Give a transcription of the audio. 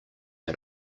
had